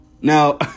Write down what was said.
Now